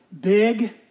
big